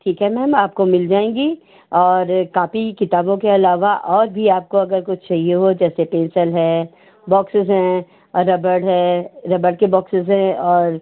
ठीक है मैम आपको मिल जाएगी और कॉपी किताबों के अलावा और भी आपको कुछ आपको चाहिए हो जैसे पेंसल है बॉक्सेस हैं रबड़ है रबड़ के बॉक्सेस हैं और